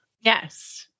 Yes